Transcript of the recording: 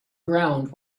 ground